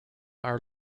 are